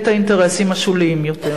את האינטרסים השוליים יותר.